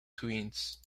twins